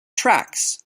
tracks